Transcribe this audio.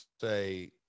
say